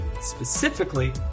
Specifically